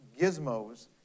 gizmos